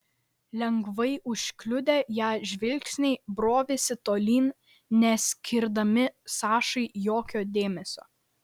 lengvai užkliudę ją žvilgsniai brovėsi tolyn neskirdami sašai jokio dėmesio